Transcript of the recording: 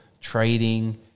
trading –